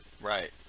Right